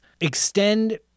extend